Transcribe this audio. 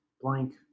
blank